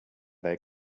they